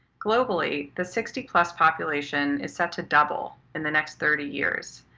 globally, the sixty plus population is set to double in the next thirty years,